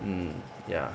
mm ya